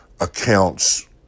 accounts